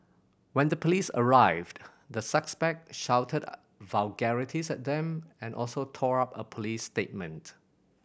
when the police arrived the suspect shouted vulgarities at them and also tore up a police statement